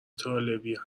طالبی